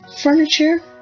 furniture